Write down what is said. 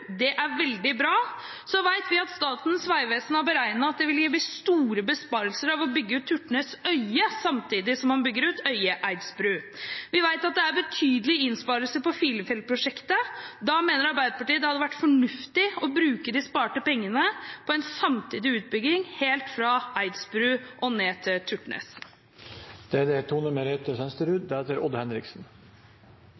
veldig bra. Så vet vi at Statens vegvesen har beregnet at det vil gi store besparelser å bygge ut Turtnes–Øye samtidig som man bygger ut Øye–Eidsbru. Vi vet at det er betydelige innsparinger på Filefjell-prosjektet, og da mener Arbeiderpartiet at det hadde vært fornuftig å bruke de sparte pengene på en samtidig utbygging helt fra Eidsbru og ned til Turtnes. Det er